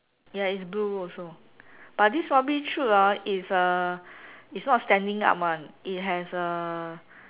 ya is blue also but this rubbish chute ah is uh is not standing up [one] it has a